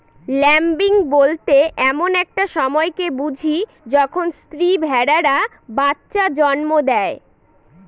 lambing বলতে এমন একটা সময়কে বুঝি যখন স্ত্রী ভেড়ারা বাচ্চা জন্ম দেয়